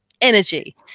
energy